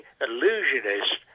illusionist